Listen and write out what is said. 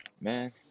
man